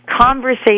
conversation